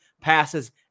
Passes